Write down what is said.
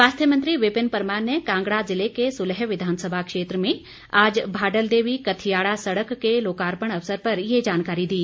स्वास्थ्य मंत्री विपिन परमार ने कांगडा जिले के सुलह विधानसभा क्षेत्र में आज भाडल देवी कथियाड़ा सड़क के लोकार्पण अवसर पर ये जानकारी दी